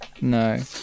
No